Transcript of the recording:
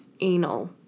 anal